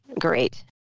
great